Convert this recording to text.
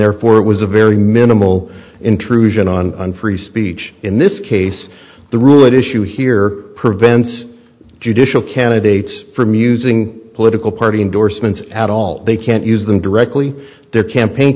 therefore it was a very minimal intrusion on free speech in this case the rule at issue here prevents judicial candidates from using political party endorsements at all they can't use them directly their campaign